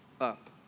up